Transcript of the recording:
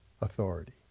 authority